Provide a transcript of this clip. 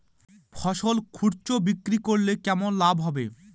ফসল খুচরো বিক্রি করলে কেমন লাভ হবে?